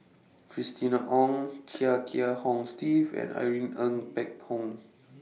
Christina Ong Chia Kiah Hong Steve and Irene Ng Phek Hoong